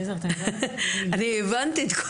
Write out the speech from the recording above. יש לי